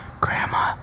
grandma